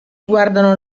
guardano